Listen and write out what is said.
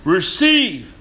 Receive